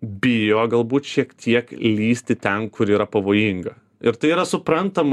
bijo galbūt šiek tiek lįsti ten kur yra pavojinga ir tai yra suprantama